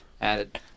added